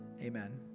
Amen